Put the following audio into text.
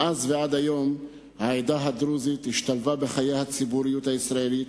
מאז ועד היום העדה הדרוזית השתלבה בציבוריות הישראלית,